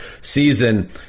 season